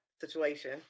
situation